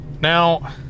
Now